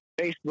Facebook